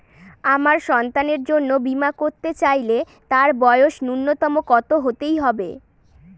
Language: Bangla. আমার সন্তানের জন্য বীমা করাতে চাইলে তার বয়স ন্যুনতম কত হতেই হবে?